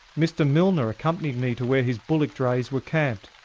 mr milner accompanied me to where his bullock drays were camped.